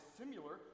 similar